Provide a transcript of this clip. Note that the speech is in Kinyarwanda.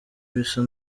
bisa